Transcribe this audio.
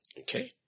okay